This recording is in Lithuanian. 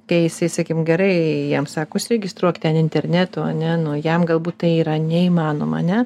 tai jisai sakykim gerai jam sako užsiregistruok ten internetu ane nu jam galbūt tai yra neįmanoma ne